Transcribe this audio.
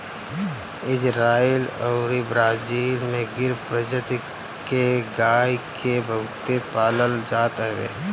Israel अउरी Brazil में गिर प्रजति के गाई के बहुते पालल जात हवे